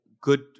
good